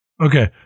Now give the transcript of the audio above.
Okay